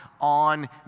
on